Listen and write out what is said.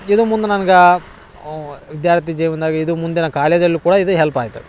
ಇದು ಮುಂದೆ ನನ್ಗ ವಿದ್ಯಾರ್ಥಿ ಜೀವನ್ದಾಗ ಇದು ಮುಂದಿನ ಕಾಲೇಜಲ್ಲು ಕೂಡ ಇದು ಹೆಲ್ಪ್ ಆಯ್ತು